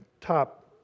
top